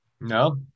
No